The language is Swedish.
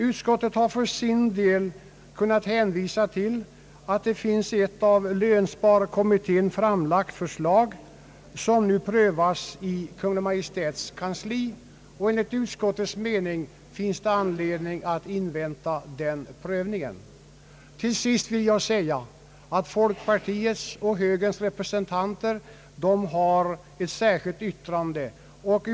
Utskottet har för sin del kunnat hänvisa till att det finns ett av lönsparkommittén framlagt förslag, som nu prövas i Kungl. Maj:ts kansli. Enligt utskottets mening finns det anledning att invänta den prövningen. Till sist vill jag framhålla, att folkpartiets och högerns representanter har ett särskilt yttrande fogat till utskottsutlåtandet.